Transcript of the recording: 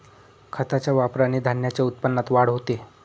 खताच्या वापराने धान्याच्या उत्पन्नात वाढ होते